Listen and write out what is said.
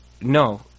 no